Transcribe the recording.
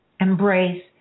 embrace